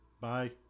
bye